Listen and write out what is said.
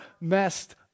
messed